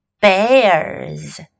bears